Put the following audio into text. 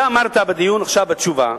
אתה אמרת בדיון עכשיו בתשובה,